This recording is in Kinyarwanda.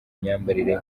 imyambarire